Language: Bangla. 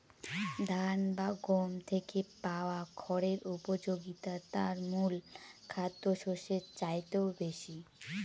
ধান বা গম থেকে পাওয়া খড়ের উপযোগিতা তার মূল খাদ্যশস্যের চাইতেও বেশি